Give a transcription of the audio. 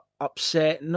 upset